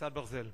מכסת ברזל.